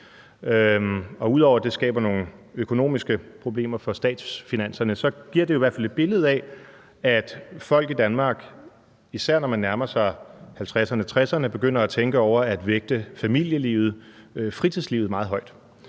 ud over at det skaber nogle økonomiske problemer for statsfinanserne, giver det i hvert fald et billede af, at folk i Danmark, især når man nærmer sig 50'erne og 60'erne, begynder at tænke over at vægte familielivet og fritidslivet meget højt.